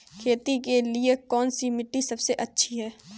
खेती के लिए कौन सी मिट्टी सबसे अच्छी है?